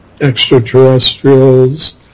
extraterrestrials